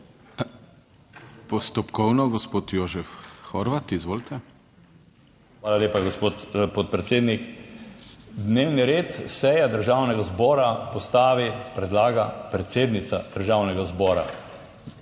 Postopkovno, gospod Jožef Horvat. Izvolite. JOŽEF HORVAT (PS NSi): Hvala lepa, gospod podpredsednik. Dnevni red seje Državnega zbora postavi, predlaga predsednica Državnega zbora